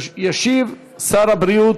ישיב שר הבריאות,